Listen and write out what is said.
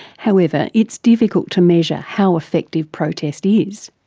however, it's difficult to measure how effective protest is.